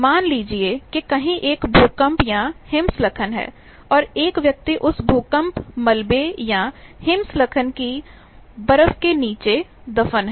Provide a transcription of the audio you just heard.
मान लीजिए कि कहीं एक भूकंप या हिमस्खलन है और एक व्यक्ति उस भूकंप मलबे या हिमस्खलन की बर्फ के कारण नीचे दफन है